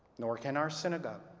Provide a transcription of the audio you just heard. nor can our synagogue.